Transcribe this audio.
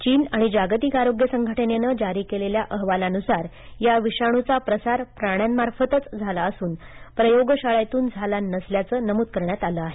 चीन आणि जागतिक आरोग्य संघटनेनं जारी केलेल्या अहवालानुसार या विषाणूचा प्रसार प्राण्यामार्फतच झाला असून प्रयोगशाळेतून झाला नसल्याचं नमूद करण्यात आलं आहे